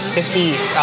50s